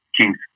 Kings